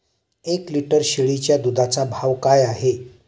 एक लिटर शेळीच्या दुधाचा भाव काय आहे?